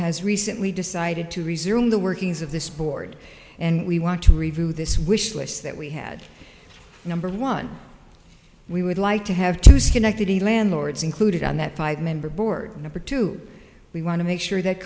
has recently decided to resume the workings of this board and we want to review this wish list that we had number one we would like to have to schenectady landlords included on that five member board number two we want to make sure that